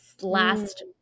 last